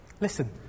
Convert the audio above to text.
Listen